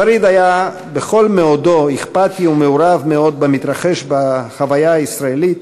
שריד היה בכל מאודו אכפתי ומעורב מאוד במתרחש בהוויה הישראלית